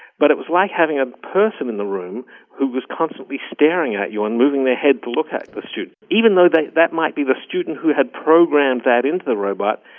but it was like having a person in the room who was constantly staring at you and moving their heads to look at the student. even though though that might be the student who had programmed that into the robot,